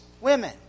women